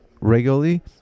regularly